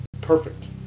perfect